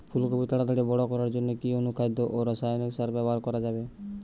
ফুল কপি তাড়াতাড়ি বড় করার জন্য কি অনুখাদ্য ও রাসায়নিক সার ব্যবহার করা যাবে?